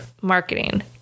marketing